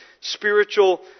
spiritual